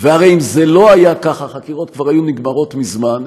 והרי אם זה לא היה כך החקירות כבר היו נגמרות מזמן,